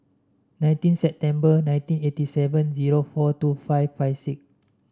nineteen September nineteen eighty seven zero four two five five six